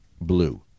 blue